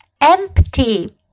empty